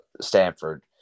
Stanford –